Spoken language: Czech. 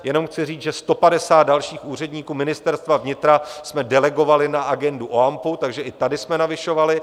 Jenom chci říct, že 150 dalších úředníků Ministerstva vnitra jsme delegovali na agendu OAMPů, takže i tady jsme navyšovali.